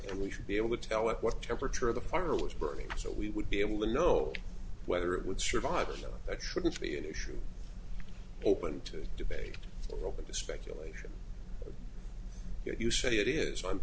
and we should be able to tell it what the temperature of the fire was burning so we would be able to know whether it would survive that shouldn't be an issue open to debate or open to speculation if you say it is f